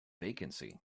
vacancy